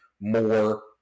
more